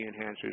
enhancers